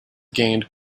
gained